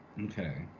okay